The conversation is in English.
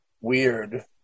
Weird